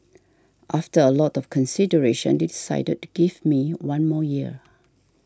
after a lot of consideration they decided to give me one more year